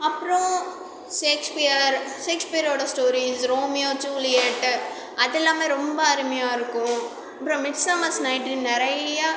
அப்புறோம் சேக்ஸ்பியர் சேக்ஸ்பியரோட stories Romeo Juliet அதெல்லாமே ரொம்ப அருமையாக இருக்கும் அப்புறம் மிக்சமஸ் நைன்டீன் நிறையா